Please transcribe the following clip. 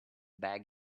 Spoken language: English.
bag